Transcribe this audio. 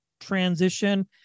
transition